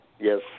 Yes